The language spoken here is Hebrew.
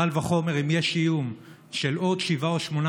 קל וחומר אם יש איום של עוד שבעה או שמונה